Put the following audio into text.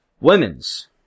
Women's